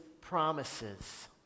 promises